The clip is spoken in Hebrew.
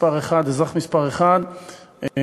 אזרח מספר אחת,